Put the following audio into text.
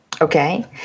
okay